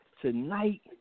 Tonight